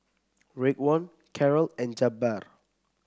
Raekwon Carrol and Jabbar